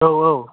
औ औ